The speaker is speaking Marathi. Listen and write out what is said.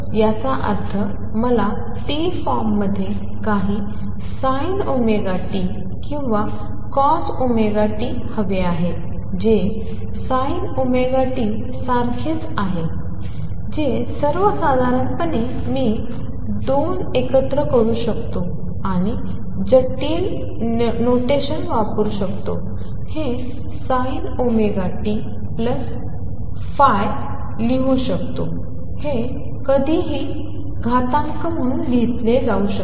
याचा अर्थ मला t फॉर्ममध्ये काही sinωt किंवा cosωt हवे आहे जे sinωt सारखेच आहे जे सर्वसाधारणपणे मी 2 एकत्र करू शकतो आणि जटिल नोटेशन वापरून हे sin⁡ωtϕ लिहू शकतो हे कधीकधी घातांक म्हणून देखील लिहिले जाते